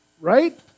right